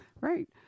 Right